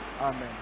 amen